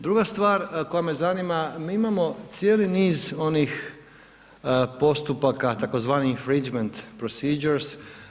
Druga stvar, koja me zanima, mi imamo cijeli niz onih postupaka, tzv. infringement procedures.